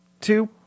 two